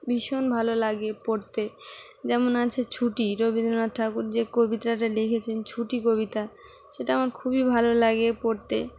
ভীষণ ভালো লাগে পড়তে যেমন আছে ছুটি রবীন্দ্রনাথ ঠাকুর যে কবিতাটা লিখেছেন ছুটি কবিতা সেটা আমার খুবই ভালো লাগে পড়তে